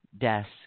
desk